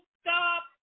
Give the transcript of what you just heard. stop